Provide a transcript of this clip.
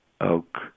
oak